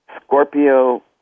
Scorpio